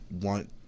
want